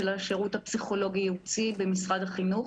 של השירות הפסיכולוגי-ייעוצי במשרד החינוך.